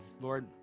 Lord